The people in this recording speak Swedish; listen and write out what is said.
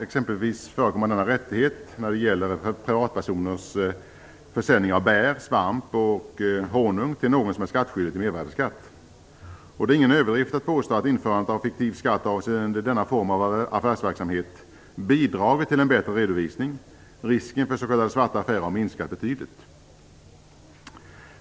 Exempelvis förekommer denna rättighet när det gäller privatpersoners försäljning av bär, svamp och honung till någon som är skyldig att betala mervärdesskatt. Det är ingen överdrift att påstå att införandet av fiktiv skatt avseende denna form av affärsverksamhet bidragit till en bättre redovisning. Risken för s.k. svarta affärer har minskat betydligt.